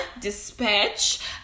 Dispatch